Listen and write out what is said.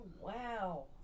wow